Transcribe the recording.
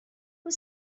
who